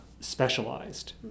specialized